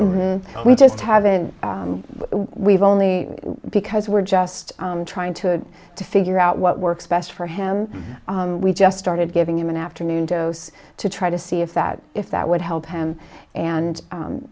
the we just haven't we've only because we're just trying to figure out what works best for him and we just started giving him an afternoon dose to try to see if that if that would help and and